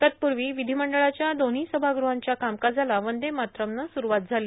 तत्पूर्वी विधिमंडळाच्या दोन्ही सभागृहांच्या कामकाजाला वंदे मातरम्ने सुरुवात झाली